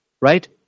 right